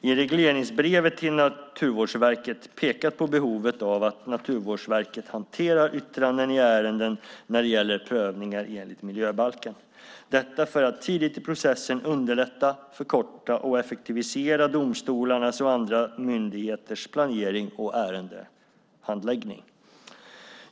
i regleringsbrev till Naturvårdsverket pekat på behovet av att Naturvårdsverket hanterar yttranden i ärenden när det gäller prövningar enligt miljöbalken - detta för att tidigt i processen underlätta, förkorta och effektivisera domstolarnas och andra myndigheters planering och ärendehandläggning.